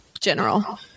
general